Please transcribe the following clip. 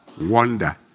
wonder